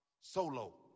solo